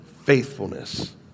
faithfulness